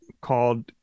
called